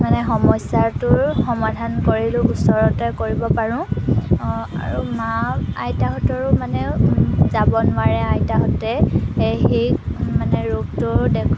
মানে সমস্যাটোৰ সমাধান কৰিলেও ওচৰতে কৰিব পাৰোঁ আৰু মা আইতাহঁতৰো মানে যাব নোৱাৰে আইতাহঁতে সেই মানে ৰোগটো দেখোঁ